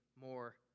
more